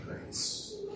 grace